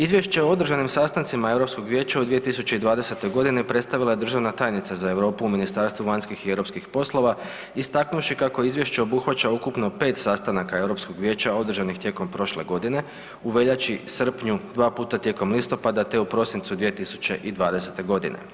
Izvješće o održanim sastancima Europskog vijeća u 2020. godini predstavila je državna tajnica za Europu u Ministarstvu vanjskih i europskih poslova istaknuvši kako izvješće obuhvaća ukupno 5 sastanaka Europskog vijeća održanih tijekom prošle godine u veljači, srpnju, dva puta tijekom listopada, te u prosincu 2020. godine.